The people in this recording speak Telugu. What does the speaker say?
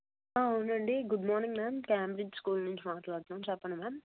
అవును అండి good morning ma'am Cambridge school నుంచి మాట్లాడుతున్నాము చెప్పండి మ్యామ్